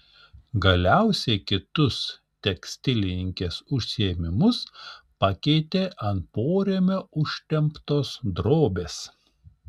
galiausiai kitus tekstilininkės užsiėmimus pakeitė ant porėmio užtemptos drobės